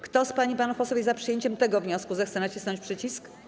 Kto z pań i panów posłów jest za przyjęciem tego wniosku, zechce nacisnąć przycisk.